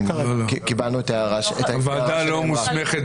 קיבלנו את ההערה --- הוועדה לא מוסמכת,